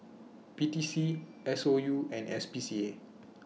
P T C S O U and S P C A